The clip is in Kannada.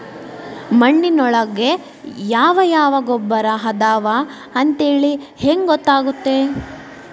ಮಣ್ಣಿನೊಳಗೆ ಯಾವ ಯಾವ ಗೊಬ್ಬರ ಅದಾವ ಅಂತೇಳಿ ಹೆಂಗ್ ಗೊತ್ತಾಗುತ್ತೆ?